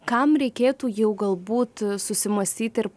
kam reikėtų jau galbūt susimąstyti ir